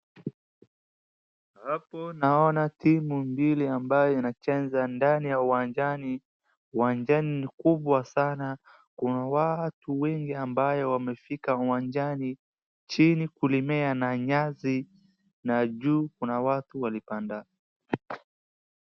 Hapo naona timu mbili ambayo inacheza ndani ya uwanjani. Uwanjani ni kubwa sana kuna watu wengi ambaye wamefika uwanjani chini kulimea na nyasi na juu kuna watu walipanda.